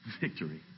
Victory